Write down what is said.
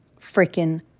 freaking